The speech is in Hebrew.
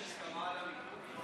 יש כבר הסכמה על מיקום?